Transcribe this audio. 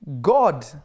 God